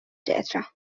tetra